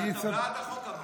הרי אתה בעד החוק הזה.